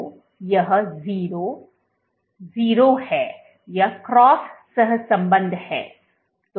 तो यह 0 0 है यह क्रॉस सहसंबंध है